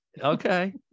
okay